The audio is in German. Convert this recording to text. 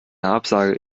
absage